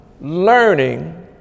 Learning